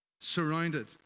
surrounded